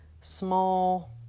small